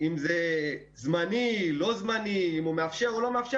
אם זה זמני, לא זמני, אם הוא מאפשר או לא מאפשר.